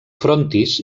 frontis